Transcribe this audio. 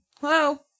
Hello